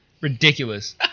Ridiculous